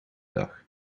dag